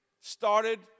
started